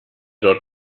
dort